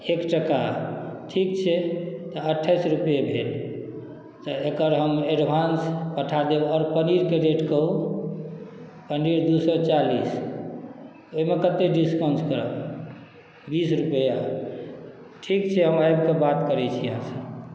एक टका ठीक छै तऽ अठ्ठाइस रुपैआ भेल तऽ एकर हम एडवान्स पठा देब आओर पनीरके रेट कहू पनीर दू सओ चालिस एहिमे कतेक डिस्काउन्ट करब बीस रुपैआ ठीक छै आबिके बात करै छी अहाँसँ